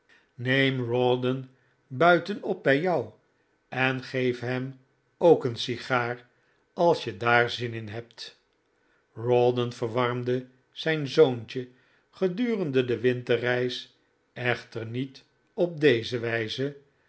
neem rawdon buitenop bij jou en geef hem ook een sigaar als je daar zin in hebt rawdon verwarmde zijn zoontje gedurende de winterreis echter niet op deze wijze